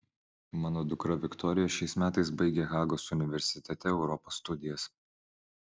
mano dukra viktorija šiais metais baigia hagos universitete europos studijas